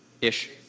Ish